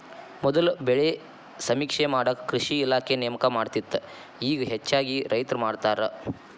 ಮೊದಲ ಬೆಳೆ ಸಮೇಕ್ಷೆ ಮಾಡಾಕ ಕೃಷಿ ಇಲಾಖೆ ನೇಮಕ ಮಾಡತ್ತಿತ್ತ ಇಗಾ ಹೆಚ್ಚಾಗಿ ರೈತ್ರ ಮಾಡತಾರ